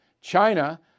China